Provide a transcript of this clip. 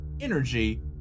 energy